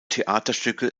theaterstücke